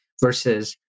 versus